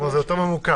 כלומר, זה יותר ממוקד.